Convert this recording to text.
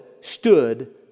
stood